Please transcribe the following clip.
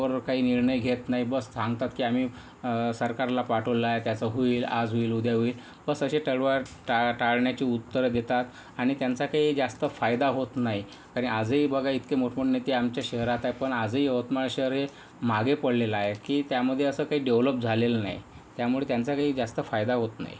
बरं काही निर्णय घेत नाही बस सांगतात की आम्ही सरकारला पाठवला आहे त्याचं होईल आज होईल उद्या होईल बस असे टळवा टाळाटाळण्याची उत्तरं देतात आणि त्यांचा काही जास्त फायदा होत नाही आणि आजही बघा इतके मोठमोठे नेते आमच्या शहरात आहे पण आजही यवतमाळ शहर हे मागे पडलेला आहे की त्यामध्ये असं क डेवलप झालेलं नाही त्यामुळे त्यांचा काही जास्त फायदा होत नाही